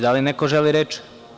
Da li neko želi reč?